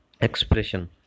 expression